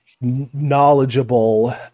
knowledgeable